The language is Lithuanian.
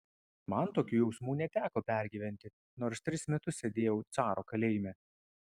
man tokių jausmų neteko pergyventi nors tris metus sėdėjau caro kalėjime